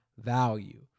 value